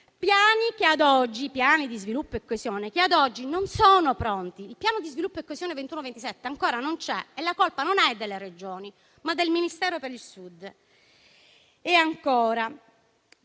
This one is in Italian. non dall'alto. Piani di sviluppo e coesione che, ad oggi, non sono pronti. Il piano di sviluppo e coesione 2021-2027 ancora non c'è e la colpa non è delle Regioni, ma del Ministero per il Sud.